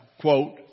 quote